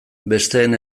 besteen